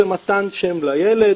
זה מתן שם לילד,